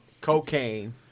cocaine